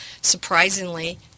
surprisingly